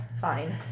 fine